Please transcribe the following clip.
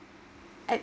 at